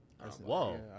Whoa